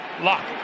Lock